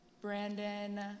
Brandon